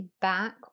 back